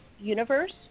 universe